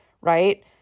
right